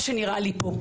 מה שנראה לי פה,